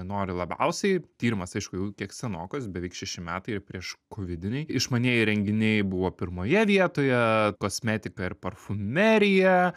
nori labiausiai tyrimas aišku jau kiek senokas beveik šeši metai ir prieš kovidiniai išmanieji įrenginiai buvo pirmoje vietoje kosmetika ir parfumerija